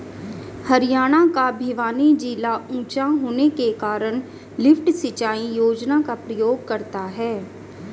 हरियाणा का भिवानी जिला ऊंचा होने के कारण लिफ्ट सिंचाई योजना का प्रयोग करता है